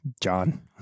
John